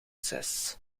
zes